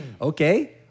Okay